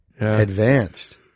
advanced